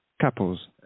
Couples